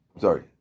Sorry